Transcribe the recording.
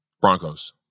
Broncos